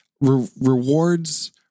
rewards